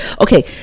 Okay